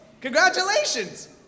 congratulations